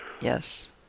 yes